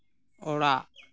ᱚᱲᱟᱜ